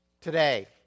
Today